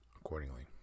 accordingly